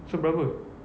so berapa